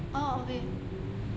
orh okay